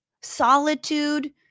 solitude